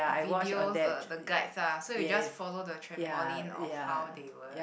videos uh the guides ah so you just follow the trampoline of how they will